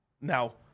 now